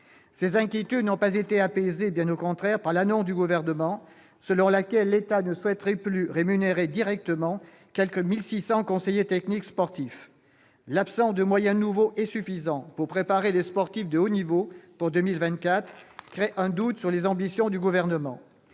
Ces inquiétudes n'ont pas été apaisées, bien au contraire, par l'annonce du Gouvernement, selon laquelle l'État ne souhaiterait plus rémunérer directement quelque 1 600 conseillers techniques sportifs, les CTS. L'absence de moyens nouveaux et suffisants pour préparer les sportifs de haut niveau pour 2024 crée un doute sur les ambitions du Gouvernement.